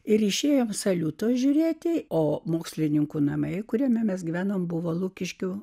ir išėjo saliuto žiūrėti o mokslininkų namai kuriame mes gyvename buvo lukiškių